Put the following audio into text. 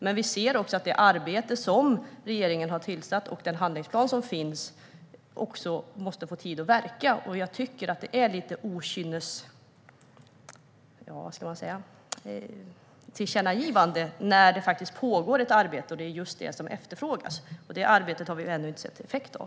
Men vi ser också att det arbete som regeringen har initierat och den handlingsplan som finns måste få tid att verka. Jag tycker att det är något av ett okynnestillkännagivande när det faktiskt pågår ett arbete och det är just detta som efterfrågas. Det arbetet har vi ännu inte sett effekt av.